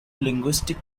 linguistic